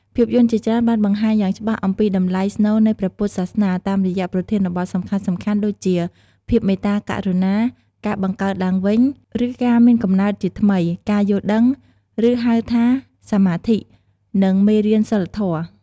ភាពយន្តជាច្រើនបានបង្ហាញយ៉ាងច្បាស់អំពីតម្លៃស្នូលនៃព្រះពុទ្ធសាសនា តាមរយៈប្រធានបទសំខាន់ៗដូចជា ភាពមេត្តាករុណា ការបង្កើតឡើងវិញ ឬការមានកំណើតជាថ្មី ការយល់ដឹង ឬហៅថាសម្មាធិ និង មេរៀនសីលធម៌។